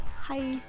Hi